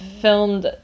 filmed